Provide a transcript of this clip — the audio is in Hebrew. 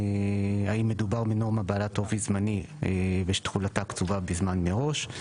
האם מדובר בנורמה בעלת אופי זמני ושתחולתה קצובה בזמן מראש.